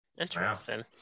Interesting